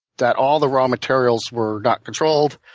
that all the raw materials were not controlled,